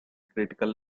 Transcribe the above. critical